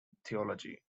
theology